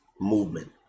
movement